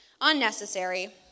Unnecessary